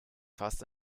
fast